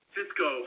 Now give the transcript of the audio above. Cisco